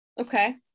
okay